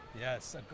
Yes